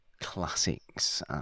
classics